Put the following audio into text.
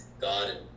God